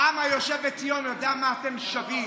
העם היושב בציון יידע מה אתם שווים.